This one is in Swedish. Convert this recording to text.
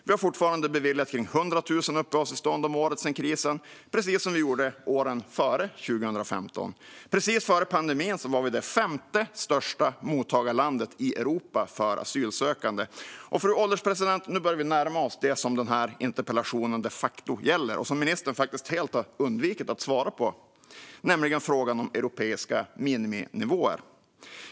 Vi har fortfarande beviljat kring 100 000 uppehållstillstånd om året sedan krisen, precis som vi gjorde åren före 2015. Alldeles före pandemin var Sverige det femte största mottagarlandet i Europa för asylsökande. Fru ålderspresident! Nu börjar vi närma oss det som interpellationen de facto gäller och det som ministern faktiskt helt har undvikit att svara på, nämligen frågan om europeiska miniminivåer.